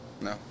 No